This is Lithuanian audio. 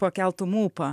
pakeltum ūpą